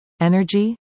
Energy